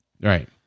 right